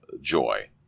joy